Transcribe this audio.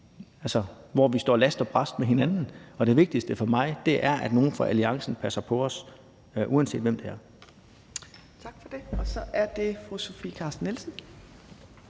hvor vi står last og brast med hinanden. Det vigtigste for mig er, at nogle fra alliancen passer på os, uanset hvem det er. Kl. 15:43 Tredje næstformand (Trine Torp): Så er det fru Sofie Carsten Nielsen.